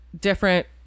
different